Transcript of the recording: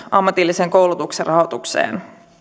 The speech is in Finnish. ammatillisen koulutuksen rahoitukseen